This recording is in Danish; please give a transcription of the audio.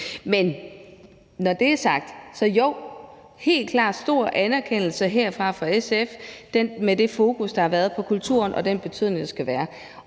Men når det er sagt, vil jeg sige: Jo, der er helt klart stor anerkendelse fra SF i forhold til det fokus, der har været på kulturen, og den betydning, den skal have.